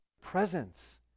presence